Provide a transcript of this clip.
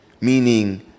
meaning